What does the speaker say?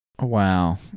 Wow